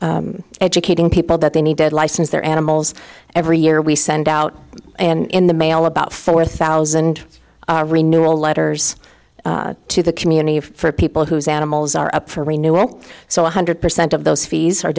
into educating people that they needed license their animals every year we send out and in the mail about four thousand renewal letters to the community for people whose animals are up for renewal so one hundred percent of those fees are